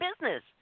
business